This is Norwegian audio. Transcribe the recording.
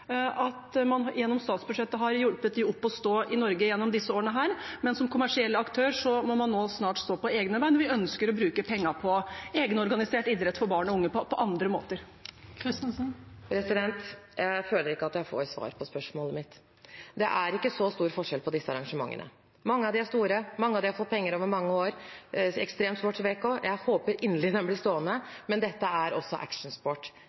at man gjennom statsbudsjettet har hjulpet dem opp og stå i Norge gjennom disse årene, men som kommersiell aktør må man nå snart stå på egne ben, og vi ønsker å bruke pengene på egenorganisert idrett for barn og unge på andre måter. Jeg føler ikke at jeg får svar på spørsmålet mitt. Det er ikke så stor forskjell på disse arrangementene. Mange av dem ser store. Mange av dem har fått penger over mange år. Ekstremsportveko håper jeg inderlig blir stående. Dette er også actionsport.